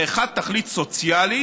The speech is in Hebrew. האחת, תכלית סוציאלית,